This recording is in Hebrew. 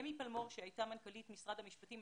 אמי פלמור שהייתה מנכ"לית משרד המשפטים,